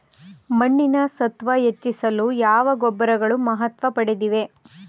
ಮಣ್ಣಿನ ಸತ್ವ ಹೆಚ್ಚಿಸಲು ಯಾವ ಗೊಬ್ಬರಗಳು ಮಹತ್ವ ಪಡೆದಿವೆ?